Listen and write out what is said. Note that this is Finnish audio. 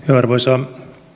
arvoisa